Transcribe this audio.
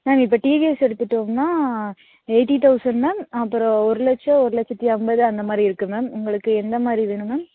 ma'am இப்போ TVS எடுத்துகிட்டோம்னா eighty thousand ma'am அப்புறம் ஒரு லட்சம் ஒரு லட்சத்தி ஐம்பது அந்த மாதிரி இருக்குது மேம் உங்களுக்கு எந்த மாதிரி வேணும் மேம்